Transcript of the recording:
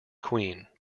queen